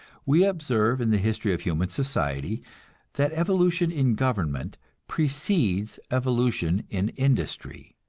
we observe in the history of human society that evolution in government precedes evolution in industry.